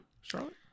Charlotte